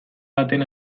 baten